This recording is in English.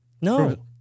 No